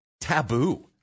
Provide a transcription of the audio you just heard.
taboo